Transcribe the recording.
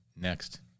Next